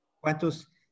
cuántos